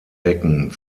decken